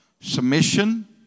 submission